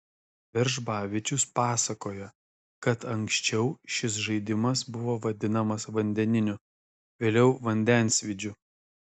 veržbavičius pasakoja kad anksčiau šis žaidimas buvo vadinamas vandeniniu vėliau vandensvydžiu